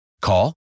Call